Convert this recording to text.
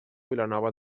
vilanova